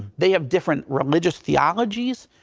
they have different religious theologies,